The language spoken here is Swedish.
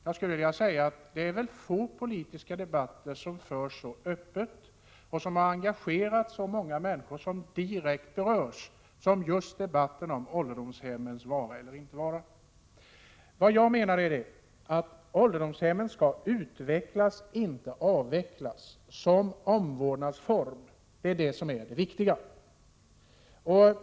Herr talman! Låt mig först säga att det inte behövs någon slags buskagitation eller ful politisk taktik för att föra debatten om ålderdomshemmen. Oskar Lindkvist och även statsrådet Lindqvist försökte påskina att det pågår något slags mygelarbete när det gäller denna debatt. Jag skulle vilja säga att det är få politiska debatter som förs så öppet och som har engagerat så många människor, som direkt berörs, som just debatten om ålderdomshemmens vara eller inte vara. Vad jag menar är att ålderdomshemmen skall utvecklas, inte avvecklas, som omvårdnadsform. Det är det som är det viktiga.